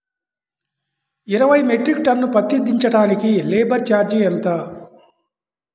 ఇరవై metric ton పత్తి దించటానికి లేబర్ ఛార్జీ ఎంత?